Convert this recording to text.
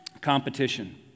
competition